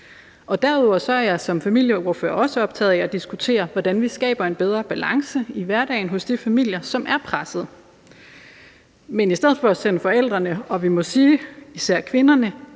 Derudover er jeg som familieordfører også optaget af at diskutere, hvordan vi skaber en bedre balance i hverdagen hos de familier, som er pressede. Men i stedet for at sende forældrene – og vi må sige især kvinderne